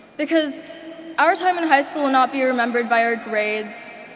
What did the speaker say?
because our time in high school will not be remembered by our grades,